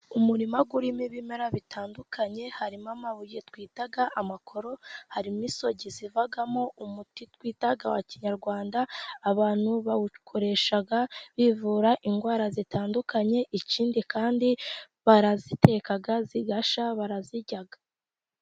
Umurima urimo ibimera bitandukanye, harimo amabuye twita amakoro, harimo isogi zivamo umuti twita wa kinyarwanda, abantu bawukoresha bivura indwara zitandukanye, ikindi kandi baraziteka zigashya, barazirya.